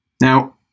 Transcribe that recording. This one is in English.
Now